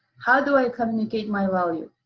how do i communicate my value?